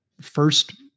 first